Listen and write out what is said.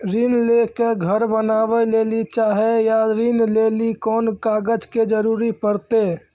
ऋण ले के घर बनावे लेली चाहे या ऋण लेली कोन कागज के जरूरी परतै?